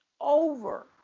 over